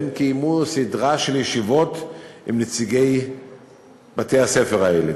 הם קיימו סדרה של ישיבות עם נציגי בתי-הספר האלה,